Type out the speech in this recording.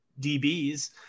DBs